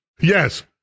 Yes